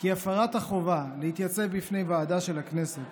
כי הפרת החובה להתייצב בפני ועדה של הכנסת